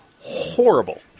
horrible